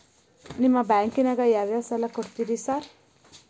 ನಿಮ್ಮ ಬ್ಯಾಂಕಿನಾಗ ಯಾವ್ಯಾವ ಸಾಲ ಕೊಡ್ತೇರಿ ಸಾರ್?